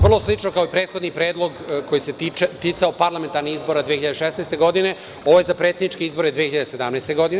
Vrlo slično kao i prethodni predlog koji se ticao parlamentarnih izbora 2016. godine, a ovo je za predsedničke izbore 2017. godine.